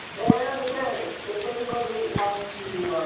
and again if anybody wants to